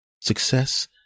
success